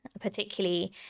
particularly